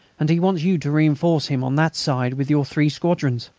and he wants you to reinforce him on that side with your three squadrons.